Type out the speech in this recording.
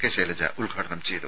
K Shailaja ഉദ്ഘാടനം ചെയ്തു